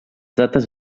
dates